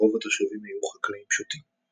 בה רוב התושבים היו חקלאים פשוטים.